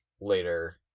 later